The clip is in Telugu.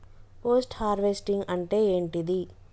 పోస్ట్ హార్వెస్టింగ్ అంటే ఏంటిది?